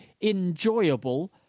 enjoyable